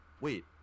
wait